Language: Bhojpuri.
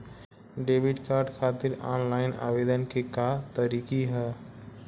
डेबिट कार्ड खातिर आन लाइन आवेदन के का तरीकि ह?